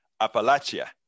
Appalachia